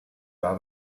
war